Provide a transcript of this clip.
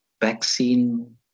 vaccine